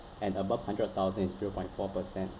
and above hundred thousand zero point four percent